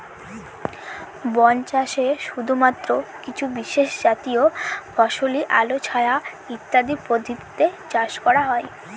বন চাষে শুধুমাত্র কিছু বিশেষজাতীয় ফসলই আলো ছায়া ইত্যাদি পদ্ধতিতে চাষ করা হয়